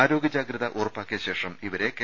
ആരോഗ്യ ജാഗ്രത ഉറപ്പാക്കിയ ശേഷം ഇവരെ കെ